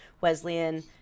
wesleyan